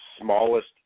smallest